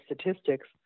statistics